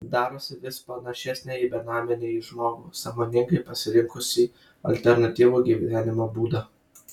darosi vis panašesnė į benamę nei į žmogų sąmoningai pasirinkusį alternatyvų gyvenimo būdą